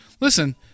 listen